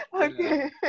Okay